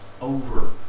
over